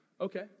Okay